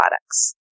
products